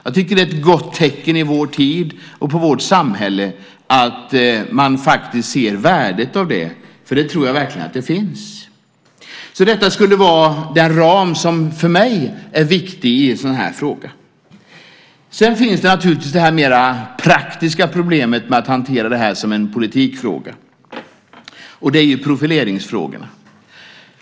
Jag tycker att det är ett gott tecken i vår tid och på vårt samhälle att man faktiskt ser värdet av det, och det tror jag verkligen att det finns. Detta skulle vara den ram som för mig är viktig i en sådan här fråga. Sedan finns naturligtvis det mera praktiska problemet med att hantera det här som en politikfråga, och det är profileringsfrågorna.